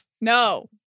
no